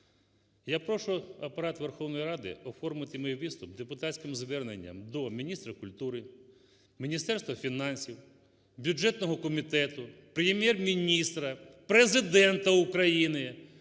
Я прошу Апарат Верховної Ради оформити мій виступ депутатським звернення до міністра культури, Міністерства фінансів, бюджетного комітету, Прем'єр-міністра, Президента України